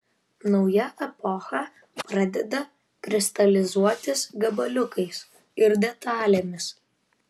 nauja epocha pradeda kristalizuotis gabaliukais ir detalėmis